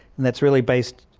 and that's really based,